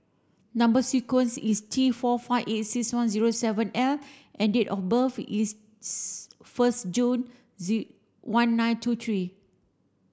number sequence is T four five eight six one zero seven L and date of birth is first June one nine two three